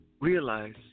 realize